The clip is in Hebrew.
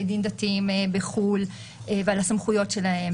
דין דתיים בחו"ל ועל הסמכויות שלהם,